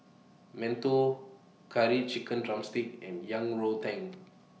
mantou Curry Chicken Drumstick and Yang Rou Tang